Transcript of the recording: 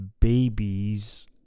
babies